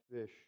fish